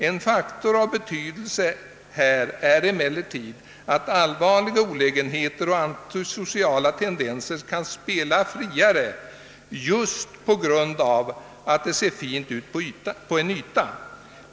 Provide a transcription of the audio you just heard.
En faktor av betydelse här är emellertid att allvarliga olägenheter och antisociala tendenser kan spela friare just p.g.a. att det ser "fint ut på en yta.